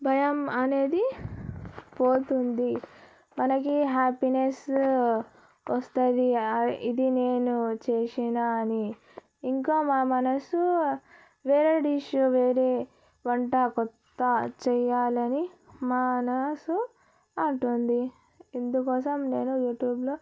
భయం అనేది పోతుంది మనకి హ్యాపీనెస్ వస్తుంది ఇది నేను చేసిన అని ఇంకా మా మనసు వేరే డిష్ వేరే వంట కొత్త చేయాలని మనసు అంటుంది ఎందుకోసం నేను యూట్యూబ్లో